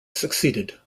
succeed